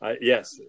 Yes